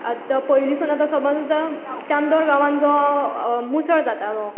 ते पयलींसून आतां समज आतां चांदोर गांवान जो मुसळ जातालो